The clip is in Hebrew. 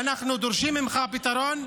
ואנחנו דורשים ממך פתרון.